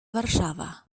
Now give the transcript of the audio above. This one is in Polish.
warszawa